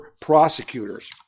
prosecutors